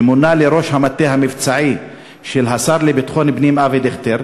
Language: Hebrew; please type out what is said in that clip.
כשהוא מונה לראש המטה המבצעי של השר לביטחון פנים אבי דיכטר,